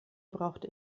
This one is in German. braucht